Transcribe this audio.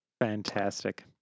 Fantastic